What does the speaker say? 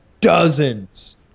dozens